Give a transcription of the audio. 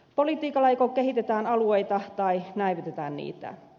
politiikalla joko kehitetään alueita tai näivetetään niitä